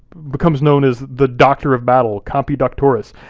becomes known as the doctor of battle, campi doctoris,